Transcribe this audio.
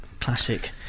classic